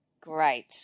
Great